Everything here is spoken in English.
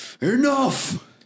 Enough